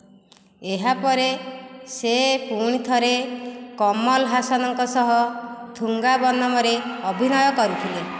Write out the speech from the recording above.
ଏହାପରେ ସେ ପୁଣିଥରେ କମଲ ହାସନଙ୍କ ସହ ଥୁଙ୍ଗା ବନମ୍ରେ ଅଭିନୟ କରିଥିଲେ